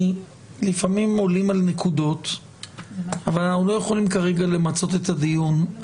לפעמים עולים על נקודות ואנחנו לא יכולים כרגע למצות את הדיון,